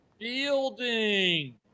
Fielding